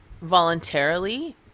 voluntarily